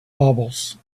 bubbles